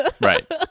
Right